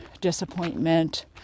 disappointment